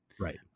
Right